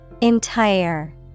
Entire